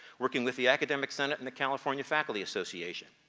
working with the academic senate and the california faculty association.